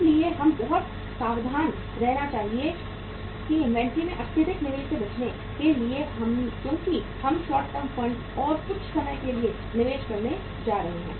इसलिए हमें बहुत सावधान रहना चाहिए कि इन्वेंट्री में अत्यधिक निवेश से बचने के लिए क्योंकि हम शॉर्ट टर्म फंड और कुछ समय के लिए निवेश करने जा रहे हैं